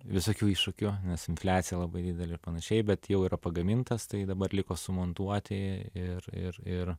visokių iššūkių nes infliacija labai didelė ir panašiai bet jau yra pagamintas tai dabar liko sumontuoti ir ir ir